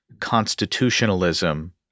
constitutionalism